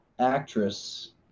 actress